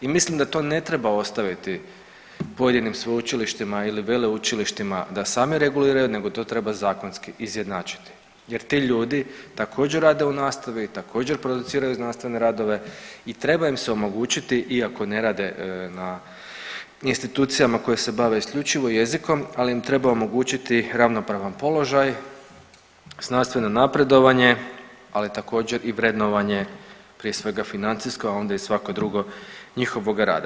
I mislim da to ne treba ostaviti pojedinim sveučilištima ili veleučilištima da sami reguliraju nego to treba zakonski izjednačiti jer ti ljudi također rade u nastavi i također produciraju znanstvene radove i treba im se omogućiti iako ne rade na institucijama koje se bave isključivo jezikom, ali im treba omogućiti ravnopravan položaj, znanstveno napredovanje ali također i vrednovanje prije svega financijsko, a onda i svako drugo njihovog rada.